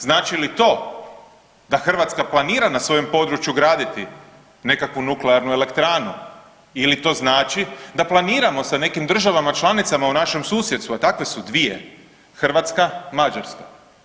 Znači li to da Hrvatska planira na svojem području graditi nekakvu nuklearnu elektranu ili to znači da planiramo sa nekim državama članicama u našem susjedstvu, a takve su dvije Hrvatska i Mađarska.